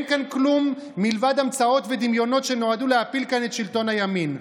אין כאן כלום מלבד המצאות ודמיונות שנועדו להפיל כאן את שלטון הימין.